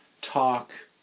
talk